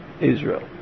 Israel